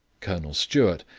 colonel stewart,